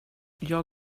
jag